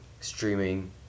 streaming